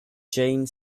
jane